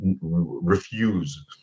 refuse